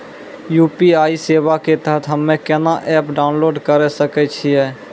UPI सेवा के तहत हम्मे केना एप्प डाउनलोड करे सकय छियै?